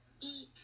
Eat